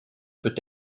peut